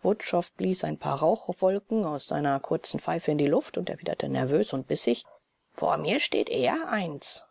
wutschow blies ein paar rauchwolken aus seiner kurzen pfeife in die luft und erwiderte nervös und bissig vor mir steht eher eins